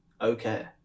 Okay